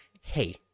Hey